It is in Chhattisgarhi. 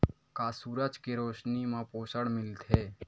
का सूरज के रोशनी म पोषण मिलथे?